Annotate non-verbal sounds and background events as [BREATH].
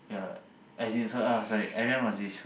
[BREATH]